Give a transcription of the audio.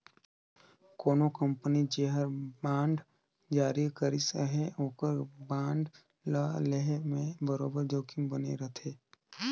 कोनो कंपनी जेहर बांड जारी करिस अहे ओकर बांड ल लेहे में बरोबेर जोखिम बने रहथे